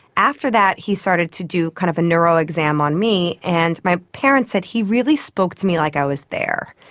after that he started to do kind of a neuro-exam on me, and my parents said he really spoke to me like i was there